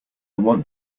want